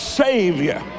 savior